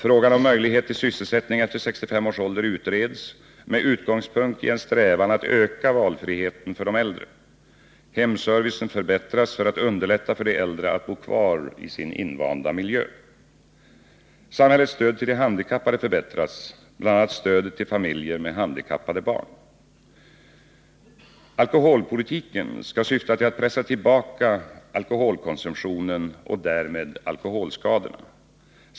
Frågan om möjlighet till sysselsättning efter 65 års ålder utreds, med utgångspunkt i en strävan att öka valfriheten för de äldre. Hemservicen förbättras för att underlätta för de äldre att bo kvar i sin invanda miljö. Samhällets stöd till de handikappade förbättras, bl.a. stödet till familjer med handikappade barn. Alkoholpolitiken skall syfta till att pressa tillbaka alkoholkonsumtionen och därmed alkoholskadorna.